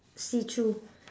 see through